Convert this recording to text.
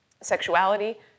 sexuality